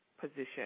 position